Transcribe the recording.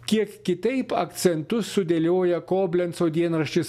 kiek kitaip akcentus sudėlioja koblenco dienraštis